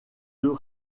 deux